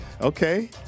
Okay